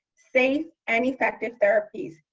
safe and effective therapies.